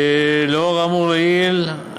לאור האמור לעיל,